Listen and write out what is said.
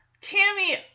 Tammy